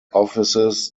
offices